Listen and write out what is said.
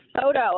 photo